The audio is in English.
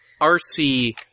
RC